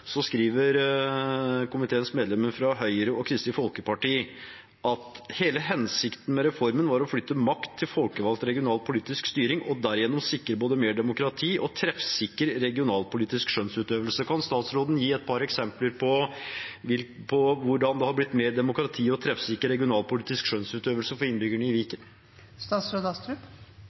skriver komiteens medlemmer fra Høyre og Kristelig Folkeparti: «Hele hensikten med reformen var å flytte makt til folkevalgt regional politisk styring, og derigjennom sikre både mer demokrati og treffsikker regionalpolitisk skjønnsutøvelse.» Kan statsråden gi et par eksempler på hvordan det har blitt mer demokrati og treffsikker regionalpolitisk skjønnsutøvelse for innbyggerne i